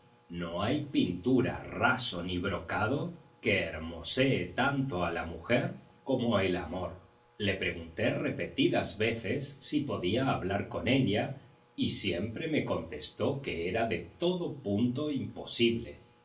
no hay pintura raso ni brocado que hermosee tanto a la mujer como el amor la pregunté repetidas veces si podía hablar con ella y siempre me contestó que era de todo punto imposible